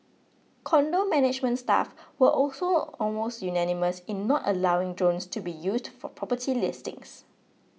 condo management staff were also almost unanimous in not allowing drones to be used for property listings